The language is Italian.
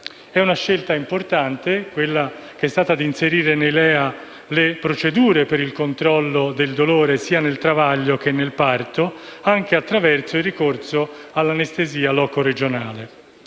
È una scelta importante quella di inserire nei LEA le procedure per il controllo del dolore, sia nel travaglio che nel parto, anche attraverso il ricorso all'anestesia locoregionale.